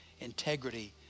integrity